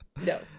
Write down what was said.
No